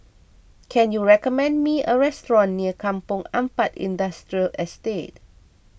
can you recommend me a restaurant near Kampong Ampat Industrial Estate